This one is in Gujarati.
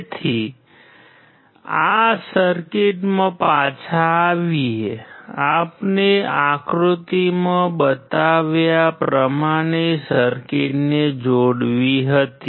તેથી સર્કિટમાં પાછા આવીએ આપણે આકૃતિમાં બતાવ્યા પ્રમાણે સર્કિટને જોડવી હતી